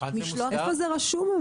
איפה זה רשום?